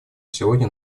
сегодня